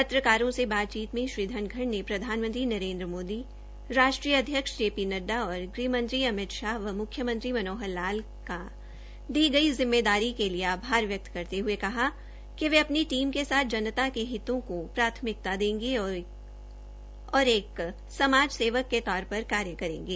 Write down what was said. पत्रकारों से बातचीत में श्री धनखड़ ने प्रधानमंत्री नरेन्द्र मोदी राष्ट्रीय अध्यक्ष जे पी नड़डा और गृहमंत्री अमित शाह व म्ख्यमंत्री मनोहर लाल का दी गई जिम्मेदारी के लिए आभार व्यक्त करते हये वे अपनी टीम के साथ जनता के हितों को प्राथमिकता देंगे और एक समाज सेवक के तौर पर कार्य करेंगे